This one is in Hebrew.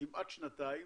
כמעט שנתיים,